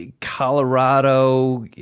Colorado